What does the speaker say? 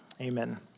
Amen